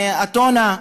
מאתונה,